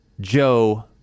joe